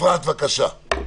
אפרת, בבקשה.